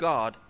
God